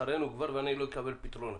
אחרינו כבר, ואני לא אקבל פתרונות.